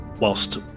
whilst